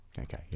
Okay